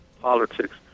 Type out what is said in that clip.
politics